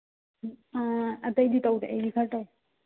ꯑꯥ ꯑꯇꯩꯗꯤ ꯇꯧꯗꯦ ꯑꯩꯗꯤ ꯈꯔ ꯇꯧꯋꯤ